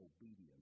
obedience